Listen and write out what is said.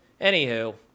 Anywho